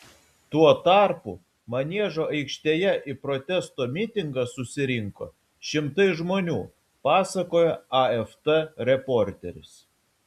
tuo tarpu maniežo aikštėje į protesto mitingą susirinko šimtai žmonių pasakojo afp reporteris